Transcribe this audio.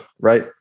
right